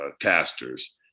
casters